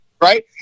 right